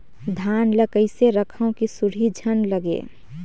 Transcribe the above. धान ल कइसे रखव कि सुरही झन लगे?